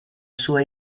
sua